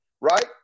right